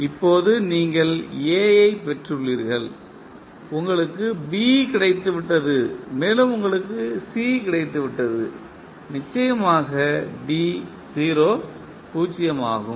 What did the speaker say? இப்போது நீங்கள் A ஐப் பெற்றுள்ளீர்கள் உங்களுக்கு B கிடைத்துவிட்டது மேலும் உங்களுக்கு C கிடைத்துவிட்டது நிச்சயமாக D 0 ஆகும்